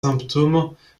symptômes